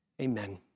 Amen